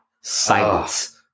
Silence